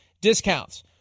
discounts